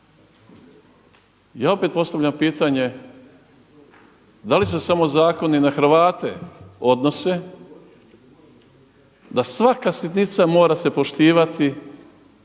Ja opet postavljam pitanje da li se samo zakoni na Hrvate odnose da svaka sitnica mora se poštivati